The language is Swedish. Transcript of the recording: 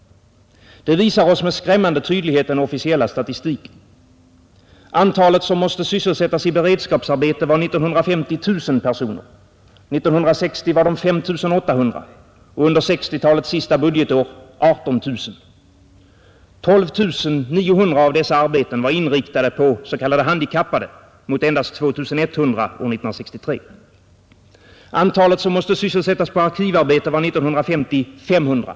Det visar oss med skrämmande tydlighet den officiella statistiken. Antalet som måste sysselsättas i beredskapsarbete var 1950 1 000 personer. År 1960 var de 5 800 och under 1960-talets sista budgetår 18 000. 12 900 av dessa arbetstillfällen var inriktade på handikappade mot endast 2 100 år 1963. Antalet som måste sysselsättas med arkivarbete var 1950 500.